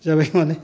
जाबाय खोमालै